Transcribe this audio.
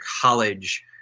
college